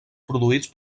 produïts